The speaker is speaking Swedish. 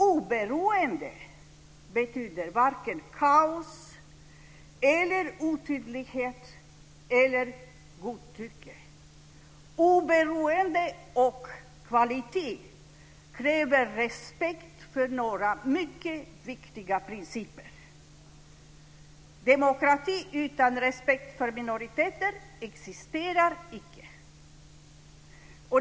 Oberoende betyder varken kaos, otydlighet eller godtycke. Oberoende och kvalitet kräver respekt för några mycket viktiga principer. Demokrati utan respekt för minoriteter existerar icke.